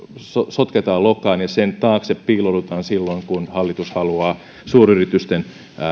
sotketaan lokaan ja sen taakse piiloudutaan silloin kun hallitus haluaa suuryritysten